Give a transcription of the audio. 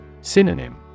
Synonym